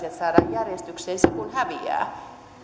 järjestykseen